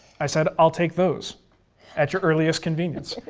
i said, i'll take those at your earliest convenience,